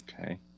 Okay